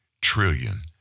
trillion